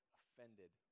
offended